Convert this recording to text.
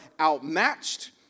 outmatched